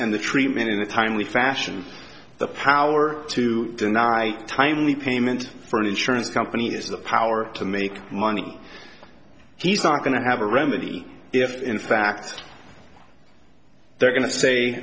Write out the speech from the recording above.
and the tree made it timely fashion the power to deny timely payment for an insurance company has the power to make money he's not going to have a remedy if in fact they're going to say